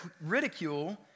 ridicule